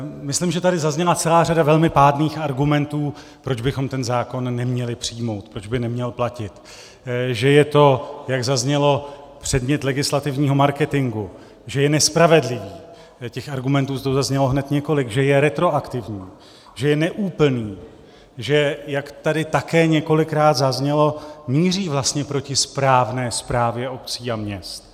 Myslím, že tady zazněla celá řada velkých pádných argumentů, proč bychom ten zákon neměli přijmout, proč by neměl platit, že je to, jak zaznělo, předmět legislativního marketingu, že je nespravedlivý, těch argumentů tu zaznělo hned několik, že je retroaktivní, že je neúplný, že jak tady také několikrát zaznělo míří vlastně proti správné správě obcí a měst.